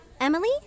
Emily